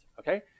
Okay